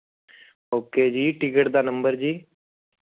okay ਜੀ ticket ਦਾ number ਜੀ